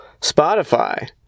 Spotify